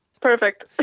Perfect